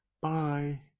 Bye